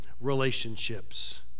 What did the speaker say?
relationships